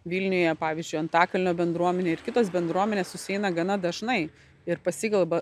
vilniuje pavyzdžiui antakalnio bendruomenė ir kitos bendruomenės susieina gana dažnai ir pasikalba